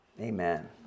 Amen